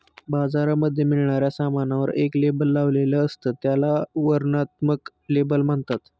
बाजारामध्ये मिळणाऱ्या सामानावर एक लेबल लावलेले असत, त्याला वर्णनात्मक लेबल म्हणतात